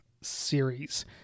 Series